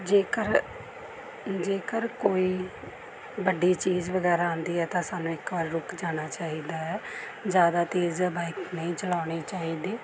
ਜੇਕਰ ਜੇਕਰ ਕੋਈ ਵੱਡੀ ਚੀਜ਼ ਵਗੈਰਾ ਆਉਂਦੀ ਹੈ ਤਾਂ ਸਾਨੂੰ ਇੱਕ ਵਾਰ ਰੁੱਕ ਜਾਣਾ ਚਾਹੀਦਾ ਹੈ ਜ਼ਿਆਦਾ ਤੇਜ਼ ਬਾਈਕ ਨਹੀਂ ਚਲਾਉਣੀ ਚਾਹੀਦੀ